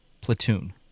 Platoon